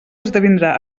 esdevindrà